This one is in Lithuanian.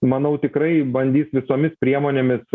manau tikrai bandys visomis priemonėmis